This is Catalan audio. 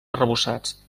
arrebossats